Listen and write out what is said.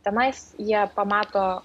tenais jie pamato